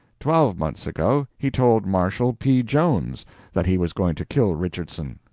twelve months ago he told marshall p. jones that he was going to kill richardson.